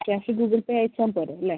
cash Google Pay അയച്ചാൽ പോരേ അല്ലേ